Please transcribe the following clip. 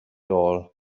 all